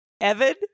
Evan